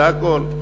זה הכול.